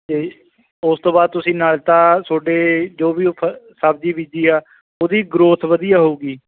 ਅਤੇ ਉਸ ਤੋਂ ਬਾਅਦ ਤੁਸੀਂ ਨਾਲੇ ਤਾਂ ਤੁਹਾਡੇ ਜੋ ਵੀ ਉਹ ਫ ਸਬਜ਼ੀ ਬੀਜੀ ਆ ਉਹਦੀ ਗਰੋਥ ਵਧੀਆ ਹੋਵੇਗੀ